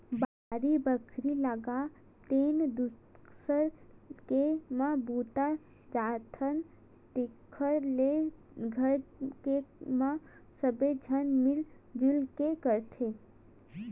बाड़ी बखरी लगातेन, दूसर के म बूता जाथन तेखर ले घर के म सबे झन मिल जुल के करतेन